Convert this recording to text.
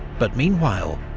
but meanwhile,